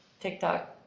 TikTok